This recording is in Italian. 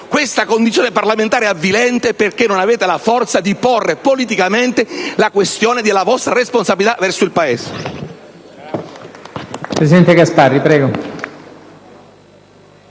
questa condizione parlamentare avvilente, perché non avete la forza di porre politicamente la questione della vostra responsabilità verso il Paese. *(Applausi dai Gruppi*